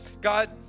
God